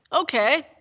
Okay